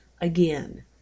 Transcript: again